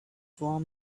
warm